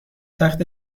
تخت